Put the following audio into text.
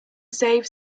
save